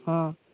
হুম